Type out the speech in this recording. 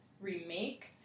remake